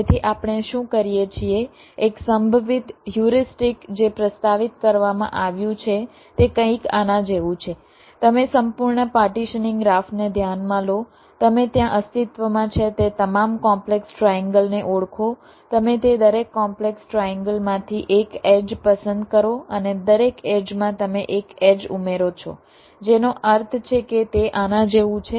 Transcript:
તેથી આપણે શું કરીએ છીએ એક સંભવિત હ્યુરિસ્ટિક જે પ્રસ્તાવિત કરવામાં આવ્યું છે તે કંઈક આના જેવું છે તમે સંપૂર્ણ પાર્ટીશનીંગ ગ્રાફને ધ્યાનમાં લો તમે ત્યાં અસ્તિત્વમાં છે તે તમામ કોમ્પલેક્સ ટ્રાએન્ગલને ઓળખો તમે તે દરેક કોમ્પલેક્સ ટ્રાએન્ગલમાંથી એક એડ્જ પસંદ કરો અને દરેક એડ્જમાં તમે એક એડ્જ ઉમેરો છો જેનો અર્થ છે કે તે આના જેવું છે